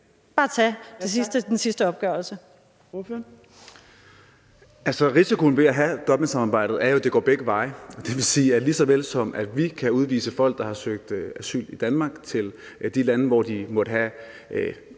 Risikoen ved at have Dublinsamarbejdet er jo, at det går begge veje. Det vil sige, at lige såvel som vi kan udvise folk, der har søgt asyl i Danmark, til de lande, hvor de måtte leve